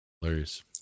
hilarious